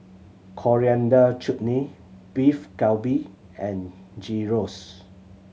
Coriander Chutney Beef Galbi and Gyros